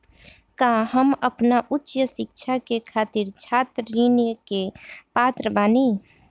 का हम आपन उच्च शिक्षा के खातिर छात्र ऋण के पात्र बानी?